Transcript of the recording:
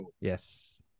Yes